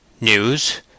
News